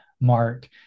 mark